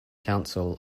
council